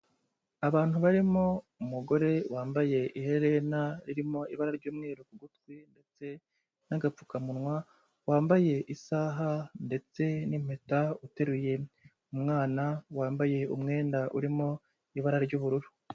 Abantu barimo umugore wambaye iherena ririmo ibara ry'umweru ku gutwi ndetse n'agapfukamunwa, wambaye isaha ndetse n'impeta, uteruye umwana, wambaye umwenda urimo ibara ry'ubururu.